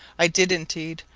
i did, indeed,